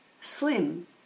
slim